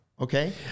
okay